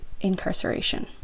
incarceration